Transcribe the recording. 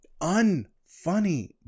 unfunny